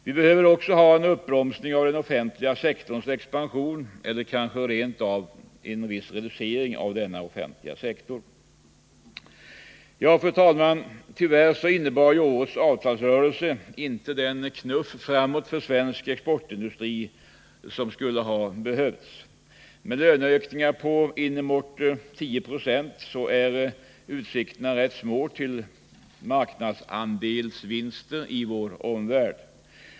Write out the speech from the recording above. Den andra åtgärden som måste vidtas är en uppbromsning av den offentliga sektorns expansion eller kanske rent av en reducering av den offentliga sektorn. Fru talman! Tyvärr innebar årets avtalsrörelse inte den knuff framåt för svensk exportindustri som skulle ha behövts. Med löneökningar på uppemot 10 90 är utsikterna små till marknadsandelsvinster i vår omvärld.